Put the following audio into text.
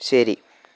ശരി